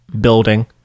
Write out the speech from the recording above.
building